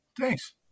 Thanks